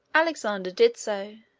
alexander did so,